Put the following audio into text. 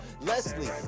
Leslie